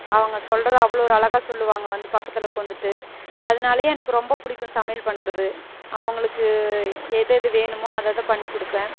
அவங்க சொல்றதை அவ்வளோ ஒரு அழகாக சொல்லுவாங்க வந்து பக்கத்தில் உக்காந்துட்டு அதனாலையே எனக்கு ரொம்ப பிடிக்கும் சமையல் பண்ணுறது அவங்களுக்கு எது எது வேணுமோ அதை அதை பண்ணிக் கொடுப்பேன்